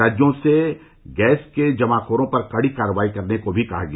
राज्यों से गैस के जमाखोरों पर कड़ी कार्रवाई करने को भी कहा गया